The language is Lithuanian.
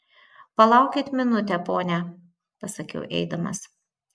palaukit minutę pone pasakiau eidamas